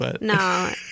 No